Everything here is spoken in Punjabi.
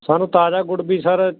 ਸਾਨੂੰ ਤਾਜ਼ਾ ਗੁੜ ਵੀ ਸਰ